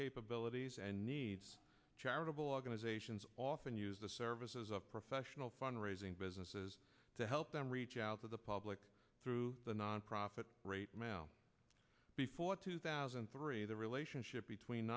capabilities and needs charitable organizations often use the services of professional fund raising businesses to help them reach out to the public through the nonprofit rate now before two thousand and three the relationship between